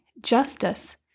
justice